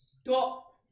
Stop